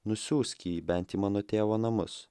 nusiųsk jį bent į mano tėvo namus